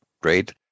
great